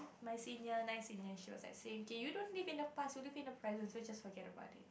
my senior nice senior she was like saying you don't live in the past you live in the present so just forget about it